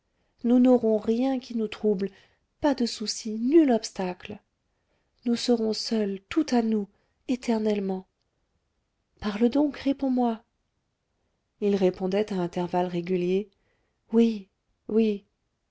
nous n'aurons rien qui nous trouble pas de soucis nul obstacle nous serons seuls tout à nous éternellement parle donc réponds-moi il répondait à intervalles réguliers oui oui